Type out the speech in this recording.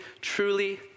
truly